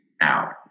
out